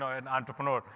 ah an entrepreneur.